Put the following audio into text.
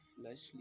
fleshly